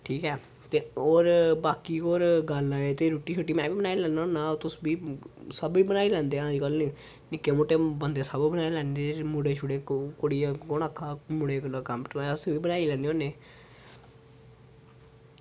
ठीक ऐ ते होर बाकी होर गल्ल ऐ ते रुट्टी शुट्टी में बी बनाई लैन्ना होन्ना ते ओह् तुस मी सब ई बनाई लैंदे अज्जकल निक्के मुट्टे बंदे सब बनाई लैंदे एह् जेह्ड़े मुड़े छड़े कुड़ियां कु'न आखा दा मुड़े कोला कम्म नेईं बनाई सकदे अस बी बनाई लैन्ने होन्ने